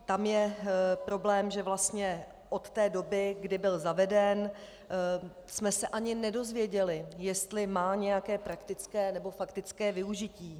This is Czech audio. Tam je problém, že vlastně od doby, kdy byl zaveden, jsme se ani nedozvěděli, jestli má nějaké praktické nebo faktické využití.